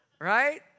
right